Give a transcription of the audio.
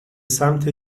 سمت